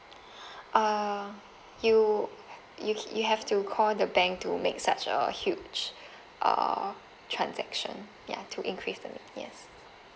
uh you you you have to call the bank to make such a huge uh transaction ya to increase the yes